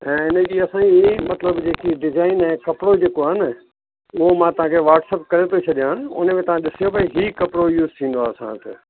ऐं इन जी असांखे मतिलबु जेकी डिज़ाइन आहे ऐं कपिड़ो जेको आहे न उहा मां तव्हां खे वट्सअप करे थो छॾियानि उन में तव्हां ॾिसियो भई हीउ कपिड़ो यूज़ थींदो असांजो